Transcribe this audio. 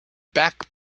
back